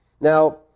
now